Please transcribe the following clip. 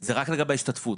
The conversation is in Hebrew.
זה רק לגבי ההשתתפות?